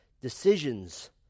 decisions